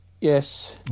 yes